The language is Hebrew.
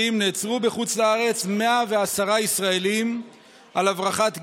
נעצרו בחוץ לארץ 110 ישראלים על הברחת גת.